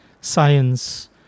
science